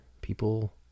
people